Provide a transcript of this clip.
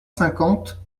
cinquante